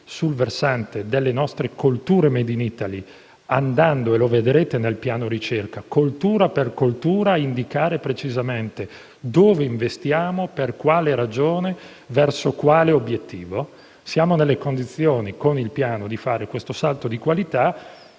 sul versante delle nostre colture *made in Italy*, andando - e lo vedrete nel piano ricerca - coltura per coltura, ad indicare precisamente dove investiamo, per quale ragione, verso quale obiettivo. Siamo nelle condizioni, con il Piano, di fare questo salto di qualità.